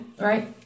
Right